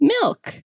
Milk